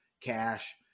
cash